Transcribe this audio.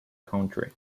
country